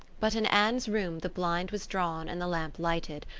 but in anne's room the blind was drawn and the lamp lighted,